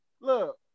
look